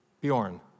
Bjorn